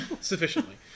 Sufficiently